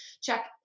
check